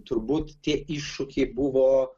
turbūt tie iššūkiai buvo